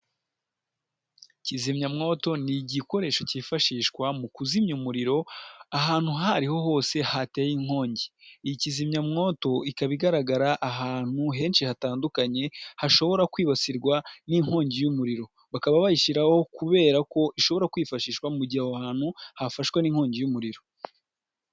Kizimyamwoto ni igikoresho cyifashishwa mu kuzimya umuriro ahantu aho ariho hose hateye inkongi. Iyi kizimyamwoto ikaba igaragara ahantu henshi hatandukanye hashobora kwibasirwa n'inkongi y'umuriro. Bakaba bayishyiraho kubera ko ishobora kwifashishwa mu gihe aho hantu hafashwe n'inkongi y'umuriro.